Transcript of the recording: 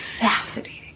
fascinating